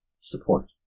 support